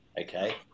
Okay